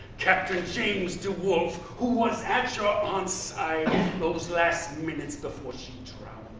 captain james de woolf, who was at your ah aunt's side those last minutes before she drowned.